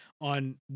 on